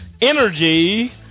energy